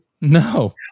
No